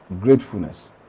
gratefulness